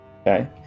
Okay